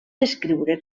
descriure